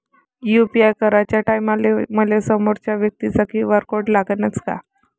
UPI कराच्या टायमाले मले समोरच्या व्यक्तीचा क्यू.आर कोड लागनच का?